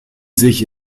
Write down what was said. sich